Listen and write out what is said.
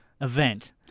event